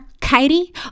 Katie